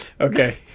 Okay